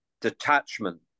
detachment